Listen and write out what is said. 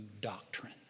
doctrine